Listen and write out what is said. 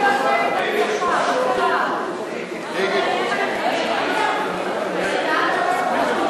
להסיר מסדר-היום את הצעת חוק הנצחת זכרם של קורבנות הטבח בכפר-קאסם,